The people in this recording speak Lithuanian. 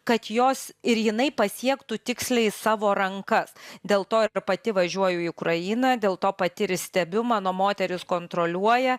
kad jos ir jinai pasiektų tiksliai savo rankas dėl to ir pati važiuoju į ukrainą dėl to pati ir stebiu mano moterys kontroliuoja